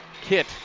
kit